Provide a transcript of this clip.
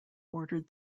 ordered